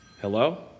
Hello